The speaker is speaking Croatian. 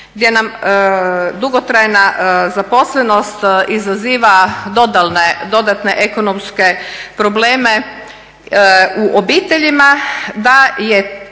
gdje nam dugotrajna zaposlenost izaziva dodatne ekonomske probleme u obiteljima, da su